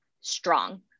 strong